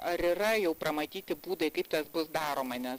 ar yra jau pramatyti būdai kaip tai bus daroma nes